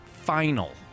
Final